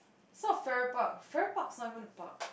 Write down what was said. it's not Farrer Park Farrer Park's not even a park